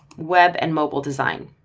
web and mobile design.